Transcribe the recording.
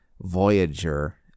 Voyager